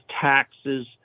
taxes